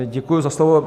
Děkuji za slovo.